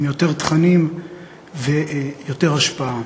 עם יותר תכנים ויותר השפעה.